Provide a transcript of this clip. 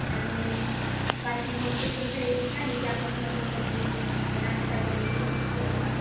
आणि बाकी मग तिथली खरेदी झाली की आपण थोडं मग काही तरी नाश्ता वगैरे करू थोडासा